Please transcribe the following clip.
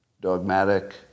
dogmatic